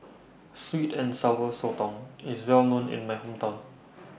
Sweet and Sour Sotong IS Well known in My Hometown